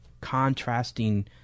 contrasting